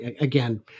again